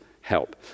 help